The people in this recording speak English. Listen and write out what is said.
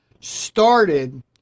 started